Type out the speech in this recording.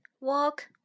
walk